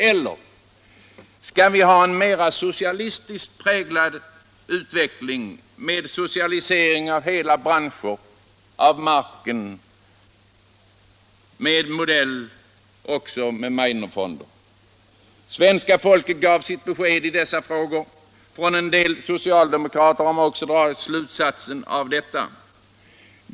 Eller skall vi ha en mera socialistiskt präglad utveckling med socialisering av hela branscher, socialisering av marken och med Meidnerfonder? Svenska folket gav sitt besked i dessa frågor. En del socialdemokrater har också dragit slutsatser av detta.